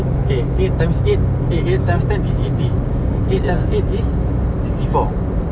K eight times eight eh eight times ten is eighty eight times eight is sixty four